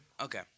Okay